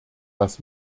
dass